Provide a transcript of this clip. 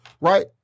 right